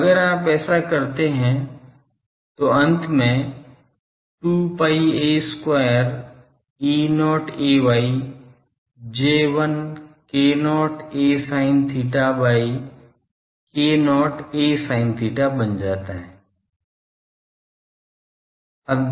तो अगर आप ऐसा करते हैं तो अंत में 2 pi a square E0 ay J1 k0 a sin theta by k0 a sin theta बन जाता है